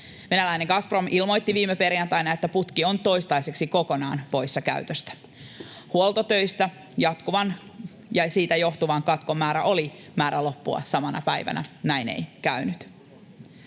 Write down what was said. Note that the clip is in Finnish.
Venäläinen Gazprom ilmoitti viime perjantaina, että putki on toistaiseksi kokonaan poissa käytöstä. Huoltotöistä johtuvan katkon oli määrä loppua samana päivänä. Näin ei käynyt.